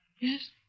Yes